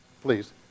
Please